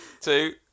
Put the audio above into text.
two